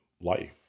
life